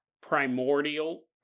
Primordial